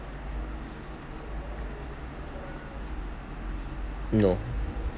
no